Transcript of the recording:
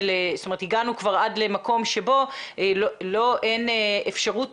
הגענו כבר עד למקום שבו אין אפשרות